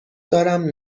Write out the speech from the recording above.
دارم